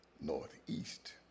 northeast